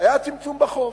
היה צמצום בחוב.